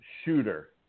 Shooter